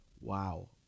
wow